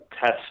test